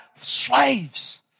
slaves